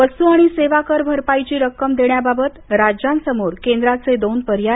वस्तू आणि सेवा कर भरपाईची रक्कम देण्याबाबत राज्यांसमोर केंद्राचे दोन पर्याय